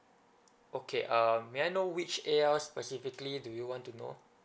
okay um may I know which A_L specifically do you want to know